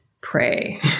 pray